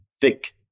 thick